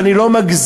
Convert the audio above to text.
ואני לא מגזים.